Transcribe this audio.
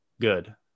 good